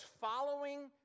following